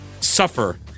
suffer